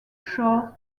short